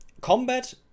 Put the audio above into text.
Combat